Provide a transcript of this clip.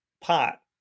pot